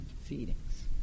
feedings